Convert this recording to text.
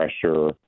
pressure